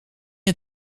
het